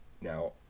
Now